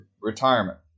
retirement